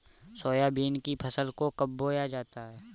Soybean की फसल को कब बोया जाता है?